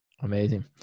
amazing